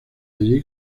allí